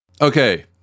Okay